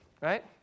right